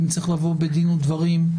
אם צריך לבוא בדין ודברים,